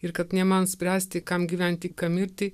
ir kad ne man spręsti kam gyventi kam mirti